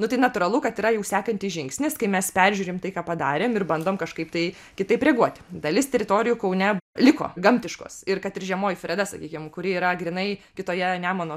nu tai natūralu kad yra jau sekantis žingsnis kai mes peržiūrim tai ką padarėm ir bandom kažkaip tai kitaip reaguoti dalis teritorijų kaune liko gamtiškos ir kad ir žemoji freda sakykim kuri yra grynai kitoje nemuno